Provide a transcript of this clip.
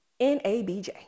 NABJ